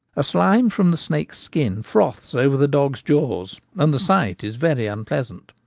a slime from the snake's skin froths over the dog's jaws, and the sight is very unpleasant.